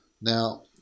Now